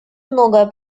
многое